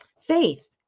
Faith